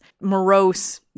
morose